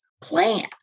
plan